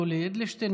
יולי יואל אדלשטיין,